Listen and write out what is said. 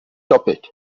doppelt